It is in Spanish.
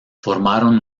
formaron